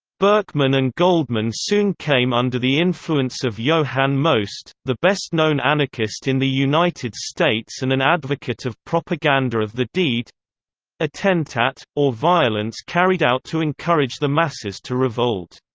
berkman and goldman soon came under the influence of johann most, the best-known anarchist in the united states and an advocate of propaganda of the deed attentat, or violence carried out to encourage the masses to revolt.